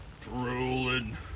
drooling